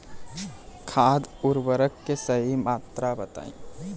खाद उर्वरक के सही मात्रा बताई?